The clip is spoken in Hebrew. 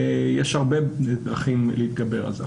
יש הרבה דרכים להתגבר על זה.